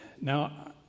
Now